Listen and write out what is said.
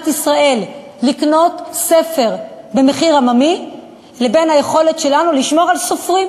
ישראל לקנות ספר במחיר עממי לבין היכולת שלנו לשמור על סופרים,